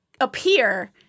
appear